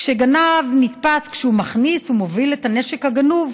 כשנגב נתפס כשהוא מכניס או מוביל את הנשק הגנוב.